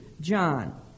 John